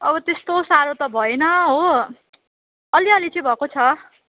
अब त्यस्तो साह्रो त भएन हो अलि अलि चाहिँ भएको छ